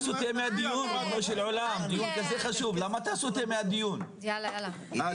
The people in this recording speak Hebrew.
אתה סוטה מהדיון, ריבונו של עולם.